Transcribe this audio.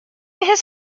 his